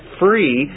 free